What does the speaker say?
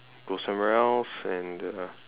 go somewhere else and uh